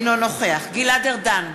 אינו נוכח גלעד ארדן,